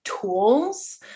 tools